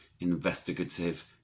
investigative